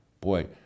Boy